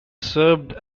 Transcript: served